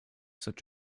such